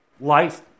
life